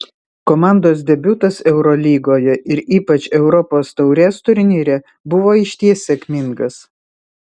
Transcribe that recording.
komandos debiutas eurolygoje ir ypač europos taurės turnyre buvo išties sėkmingas